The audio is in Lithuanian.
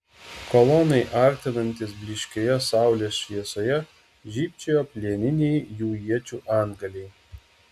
kolonai artinantis blyškioje saulės šviesoje žybčiojo plieniniai jų iečių antgaliai